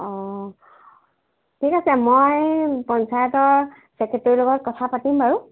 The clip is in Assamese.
অঁ ঠিক আছে মই পঞ্চায়তৰ চেক্ৰেটৰী লগত কথা পাতিম বাৰু